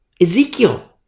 Ezekiel